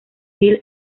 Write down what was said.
hill